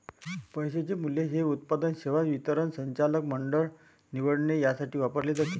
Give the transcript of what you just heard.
पैशाचे मूल्य हे उत्पादन, सेवा वितरण, संचालक मंडळ निवडणे यासाठी वापरले जाते